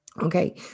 okay